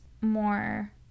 more